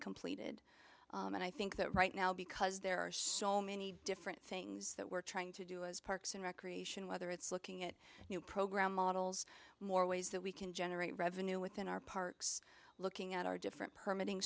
completed and i think that right now because there are so many different things that we're trying to do is parks and recreation whether it's looking at new program models more ways that we can generate revenue within our parks looking at our different perm